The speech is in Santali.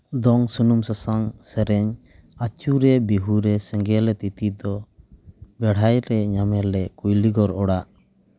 ᱫᱚᱝ ᱥᱩᱱᱩᱢ ᱥᱟᱥᱟᱝ ᱥᱮᱨᱮᱧ ᱟᱹᱪᱩᱨᱮ ᱵᱤᱦᱩᱨᱮ ᱥᱮᱸᱜᱮᱞᱮ ᱛᱤᱛᱤ ᱫᱚ ᱵᱮᱲᱦᱟᱭᱨᱮ ᱧᱟᱢᱮᱞᱮ ᱠᱩᱭᱞᱤᱜᱚᱲ ᱚᱲᱟᱜ